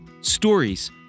stories